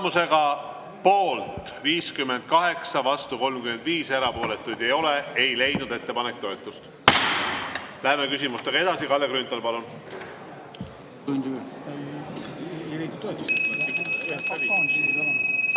Tulemusega poolt 58, vastu 35, erapooletuid ei ole, ei leidnud ettepanek toetust. Läheme küsimustega edasi. Kalle Grünthal, palun!